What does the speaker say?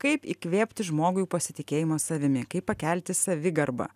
kaip įkvėpti žmogui pasitikėjimo savimi kaip pakelti savigarbą